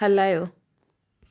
हलायो